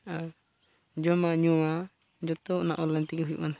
ᱟᱨ ᱡᱚᱢᱟᱜᱼᱧᱩᱣᱟᱜ ᱡᱚᱛᱚ ᱚᱱᱟ ᱚᱱᱞᱟᱭᱤᱱ ᱛᱮᱜᱮ ᱦᱩᱭᱩᱜ ᱠᱟᱱ ᱛᱟᱦᱮᱱᱟ